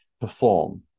perform